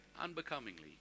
unbecomingly